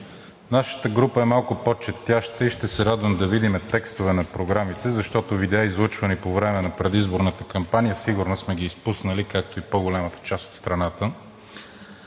Нашата група е малко по-четяща и ще се радвам да видим текстове на програмите, защото видеа, излъчвани по време на предизборната кампания, сигурно сме ги изпуснали, както и по голямата част от страната.